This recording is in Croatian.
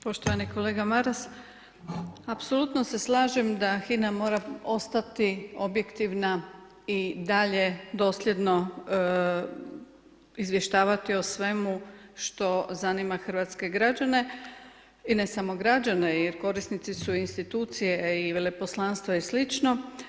Poštovani kolega Maras, apsolutno se slažem da HINA mora ostati objektivna i dalje dosljedno izvještavati o svemu što zanima hrvatske građane i ne samo građane i korisnici su i institucije i veleposlanstva i slično.